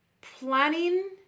Planning